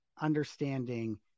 understanding